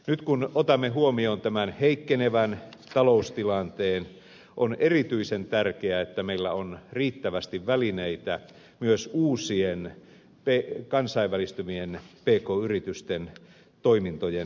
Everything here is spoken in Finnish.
nyt kun otamme huomioon tämän heikkenevän taloustilanteen on erityisen tärkeää että meillä on riittävästi välineitä myös uusien kansainvälistyvien pk yritysten toimintojen tukemiseen